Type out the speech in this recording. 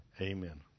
Amen